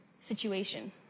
situation